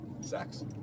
Sex